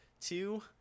two